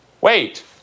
wait